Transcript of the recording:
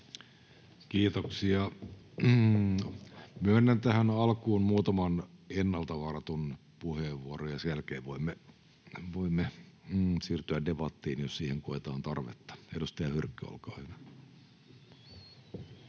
Kiitoksia. — Myönnän tähän alkuun muutaman ennalta varatun puheenvuoron, ja sen jälkeen voimme siirtyä debattiin, jos siihen koetaan tarvetta.— Edustaja Hyrkkö, olkaa hyvä.